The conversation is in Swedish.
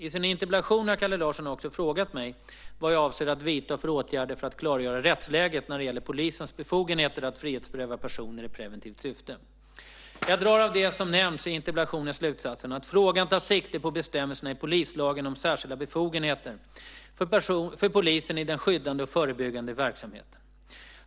I sin interpellation har Kalle Larsson också frågat mig vad jag avser att vidta för åtgärder för att klargöra rättsläget när det gäller polisens befogenheter att frihetsberöva personer i preventivt syfte. Jag drar av det som nämns i interpellationen slutsatsen att frågan tar sikte på bestämmelserna i polislagen om särskilda befogenheter för polisen i den skyddande och förebyggande verksamheten.